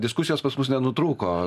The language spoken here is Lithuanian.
diskusijos pas mus nenutrūko